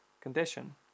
Condition